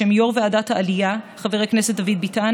בשם יושב-ראש ועדת העלייה חבר הכנסת דוד ביטן